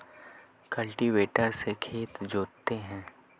cultivator से खेत जोतते हैं